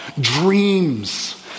dreams